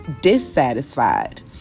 dissatisfied